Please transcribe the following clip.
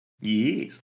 Yes